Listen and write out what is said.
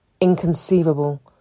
Inconceivable